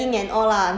C_N_N